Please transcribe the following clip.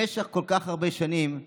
במשך כל כך הרבה שנים לגלגו,